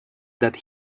that